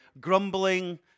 grumbling